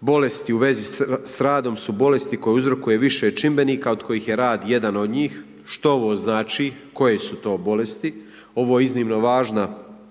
Bolesti u vezi s radom su bolesti koje uzrokuje više čimbenika od kojih je rad jedan od njih. Što ovo znači? KOje su ovo bolesti? Ovo je iznimno važna